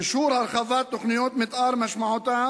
אישור הרחבת תוכניות מיתאר משמעותו